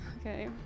Okay